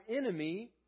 enemy